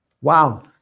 Wow